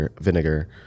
vinegar